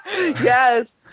yes